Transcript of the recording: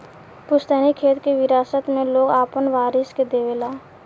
पुस्तैनी खेत के विरासत मे लोग आपन वारिस के देवे ला